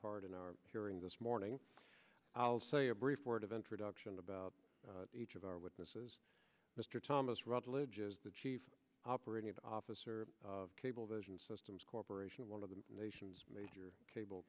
part in our hearing this morning i'll say a brief word of introduction about each of our witnesses mr thomas ruttledge is the chief operating officer cablevision systems corporation one of the nation's major cable